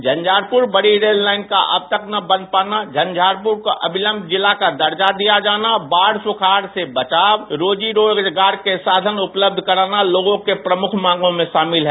झंझारपुर बड़ी rail line का अब तक न बन पाना झंझारपुर को अविलंब जिला का दर्जा दिया जाना बाढ़ सुखाड़ से बचाव रोजी रोजगार के साधन उपलब्ध कराना लोगों की प्रमुख मांगों में शामिल है